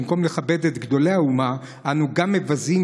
במקום לכבד את גדולי האומה אנו גם מבזים,